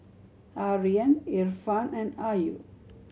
Aryan Irfan and Ayu